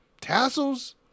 tassels